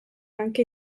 anche